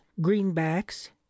greenbacks